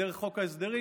דרך חוק ההסדרים,